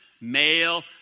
Male